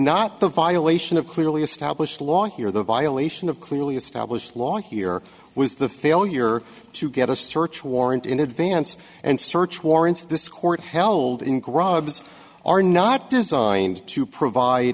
not the violation of clearly established law here the violation of clearly established law here was the failure to get a search warrant in advance and search warrants this court held in grubb's are not designed to provide